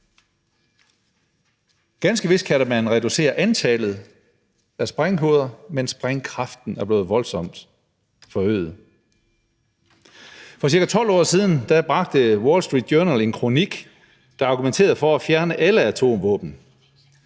Ganske vist kan man da reducere antallet af sprænghoveder, men sprængkraften er blevet voldsomt forøget. For ca. 12 år siden bragte The Wall Street Journal en kronik, hvor der blev argumenteret for at fjerne alle atomvåben.